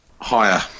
higher